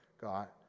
got